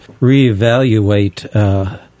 reevaluate